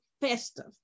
festive